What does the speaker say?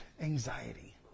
anxiety